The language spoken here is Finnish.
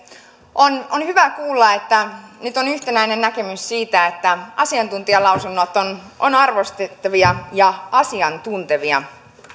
on on hyvä kuulla että nyt on yhtenäinen näkemys siitä että asiantuntijalausunnot ovat arvostettavia ja asiantuntevia